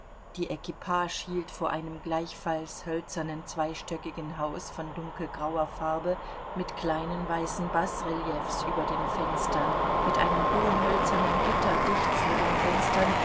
die equipage hielt vor einem gleichfalls hölzernen zweistöckigen hause von dunkelgrauer farbe mit kleinen weißen basreliefs über den fenstern mit einem hohen hölzernen gitter dicht vor den fenstern